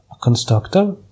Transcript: constructor